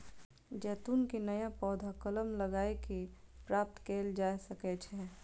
जैतून के नया पौधा कलम लगाए कें प्राप्त कैल जा सकै छै